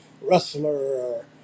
wrestler